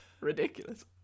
Ridiculous